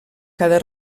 cada